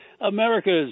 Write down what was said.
America's